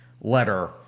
letter